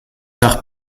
nach